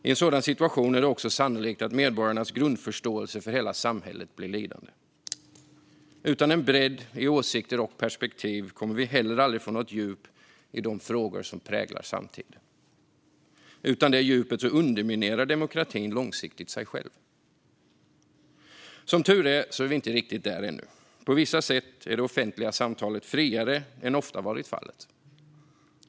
I en sådan situation är det också sannolikt att medborgarnas grundförståelse för hela samhället blir lidande. Utan en bredd i åsikter och perspektiv kommer vi inte heller att få något djup i de frågor som präglar samtiden. Utan det djupet underminerar demokratin långsiktigt sig själv. Vi är som tur är inte riktigt där ännu. På vissa sätt är det offentliga samtalet friare än ofta har varit fallet.